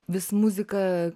vis muzika